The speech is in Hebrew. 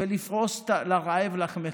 ולפרוס לרעב לחמך.